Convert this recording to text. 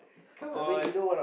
come on